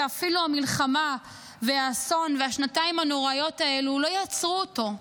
ואפילו המלחמה והאסון והשנתיים הנוראיות האלה לא יעצרו אותו.